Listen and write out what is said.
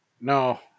no